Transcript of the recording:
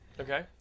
Okay